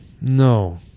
No